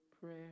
prayer